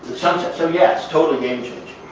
so, yeah, it's totally game-changing.